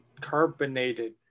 carbonated